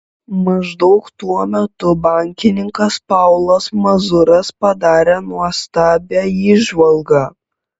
maždaug tuo metu bankininkas paulas mazuras padarė nuostabią įžvalgą